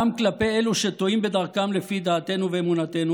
גם כלפי אלו שטועים בדרכם לפי דעתנו ואמונתנו